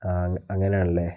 ആ അങ്ങനെയാണല്ലേ